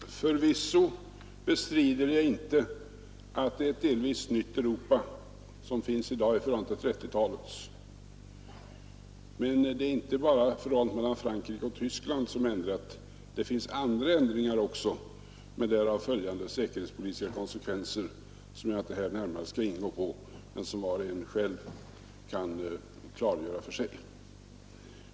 Herr talman! Förvisso bestrider jag inte att vi i dag har ett delvis nytt Europa i förhållande till 1930-talets. Men det är inte bara förhållandet mellan Frankrike och Tyskland som har ändrats. Det finns också andra ändringar med därav följande säkerhetspolitiska konsekvenser, som jag inte här närmare skall gå in på men som var och en själv kan klargöra för sig.